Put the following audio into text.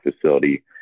facility